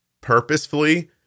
purposefully